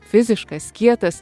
fiziškas kietas